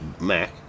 Mac